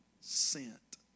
sent